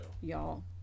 Y'all